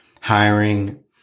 hiring